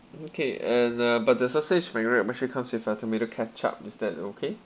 okay and uh but the sausage mac wrap actually comes with uh tomato ketchup is that okay